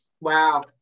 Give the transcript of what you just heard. Wow